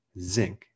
zinc